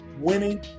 winning